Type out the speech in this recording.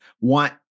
want